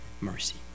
mercy